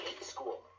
school